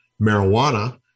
marijuana